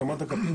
הקמת אגפים,